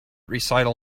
recital